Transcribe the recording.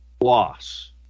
loss